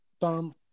bum